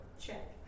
check